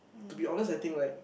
to be honest I think like